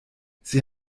sie